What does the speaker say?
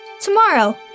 Tomorrow